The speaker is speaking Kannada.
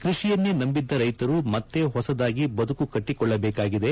ಕೃಷಿಯನ್ನೇ ನಂಬಿದ್ದ ರೈತರು ಮತ್ತೆ ಹೊಸದಾಗಿ ಬದುಕು ಕಟ್ಟಿಕೊಳ್ಳಬೇಕಾಗಿದೆ